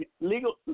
Legal